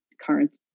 current